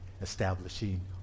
establishing